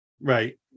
Right